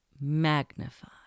magnify